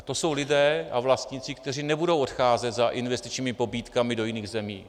A to jsou lidé a vlastníci, kteří nebudou odcházet za investičními pobídkami do jiných zemí.